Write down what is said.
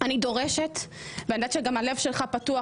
אני דורשת ואני יודעת שהלב שלך פתוח